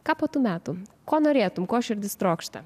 ką po tų metų ko norėtum ko širdis trokšta